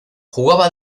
jugaba